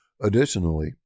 Additionally